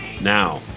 now